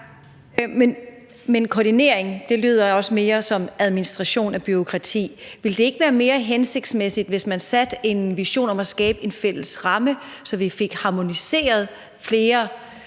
Koordinering lyder også mere som administration af bureaukrati. Ville det ikke være mere hensigtsmæssigt, hvis man havde en vision om at skabe en fælles ramme, så vi fik harmoniseret flere